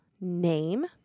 name